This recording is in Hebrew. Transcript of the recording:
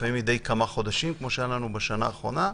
לפעמים מדי כמה חודשים כמו שהיה לנו בשנה האחרונה.